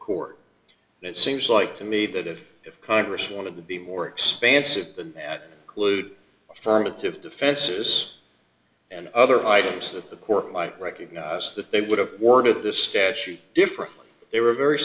court it seems like to me that if congress wanted to be more expansive than that clued affirmative defenses and other items that the court like recognize that they would have ordered this statue differently they were very